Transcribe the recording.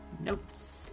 notes